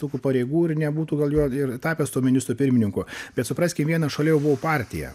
tokių pareigų ir nebūtų gal juo ir tapęs tuo ministru pirmininku bet supraskim viena šalia jo buvo partija